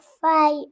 fight